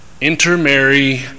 intermarry